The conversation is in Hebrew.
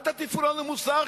אל תטיפו לנו מוסר,